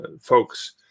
folks